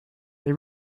they